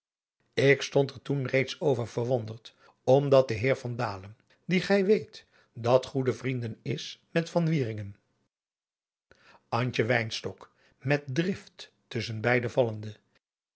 stond er toen reeds over verwonderd omdat de heer van dalen die gij weet dat goede vrienden is met van antje wynstok met drift tusschen beide